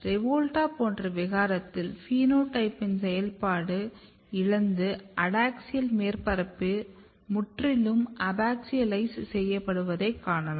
REVOLUTA போன்ற விகாரத்தில் பினோடைப்பின் செயல்பாட்டு இழந்து அடாக்ஸியல் மேற்பரப்பு முற்றிலும் அபாக்சியலைஸ் செய்யப்படுவதைக் காணலாம்